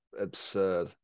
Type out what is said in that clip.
absurd